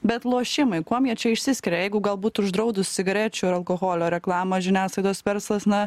bet lošimai kuom jie čia išsiskiria jeigu galbūt uždraudus cigarečių ar alkoholio reklamą žiniasklaidos verslas na